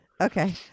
Okay